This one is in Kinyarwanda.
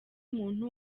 umuntu